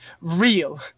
real